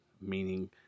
meaning